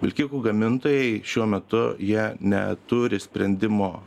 vilkikų gamintojai šiuo metu jie neturi sprendimo